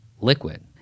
liquid